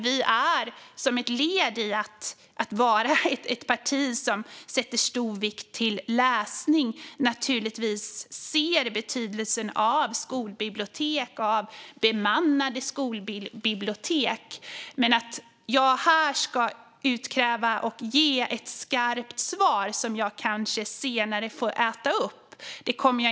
Vi är ett parti som lägger stor vikt vid läsning och ser naturligtvis betydelsen av skolbibliotek och bemannade skolbibliotek. Men jag kommer inte att här utlova saker och ge ett skarpt svar som jag kanske senare får äta upp.